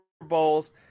Bowls